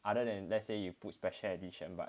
other than let's say you put special edition but